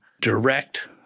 direct